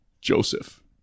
Joseph